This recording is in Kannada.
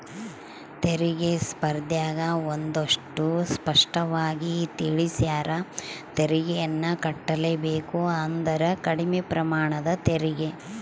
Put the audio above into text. ತೆರಿಗೆ ಸ್ಪರ್ದ್ಯಗ ಒಂದಷ್ಟು ಸ್ಪಷ್ಟವಾಗಿ ತಿಳಿಸ್ಯಾರ, ತೆರಿಗೆಯನ್ನು ಕಟ್ಟಲೇಬೇಕು ಆದರೆ ಕಡಿಮೆ ಪ್ರಮಾಣದ ತೆರಿಗೆ